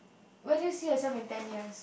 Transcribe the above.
where did you see yourself in ten years